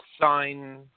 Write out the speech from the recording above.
sign